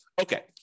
Okay